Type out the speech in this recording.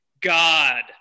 God